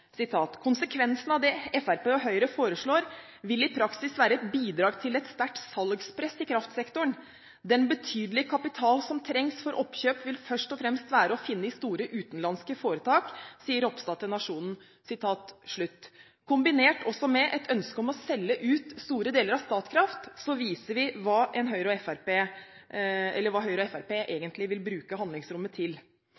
av det Frp og Høyre foreslår, vil i praksis være et bidrag til et sterkt salgspress i kraftsektoren. Den betydelige kapital som trengs for oppkjøp vil først og fremst være å finne i store utenlandske foretak,» sier Ropstad til Nationen. Kombinert med et ønske om å selge ut store deler av Statkraft viser dette hva Høyre og